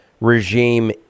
regime